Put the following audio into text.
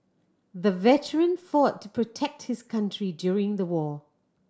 the veteran fought to protect his country during the war